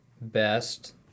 best